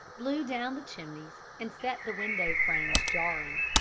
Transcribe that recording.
blew down the chimneys and set the window-frames jarring.